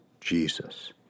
Jesus